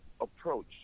approach